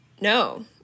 No